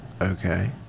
okay